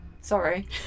Sorry